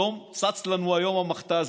פתאום צצו לנו היום המכת"זים,